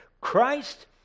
Christ